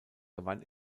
gewann